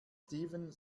steven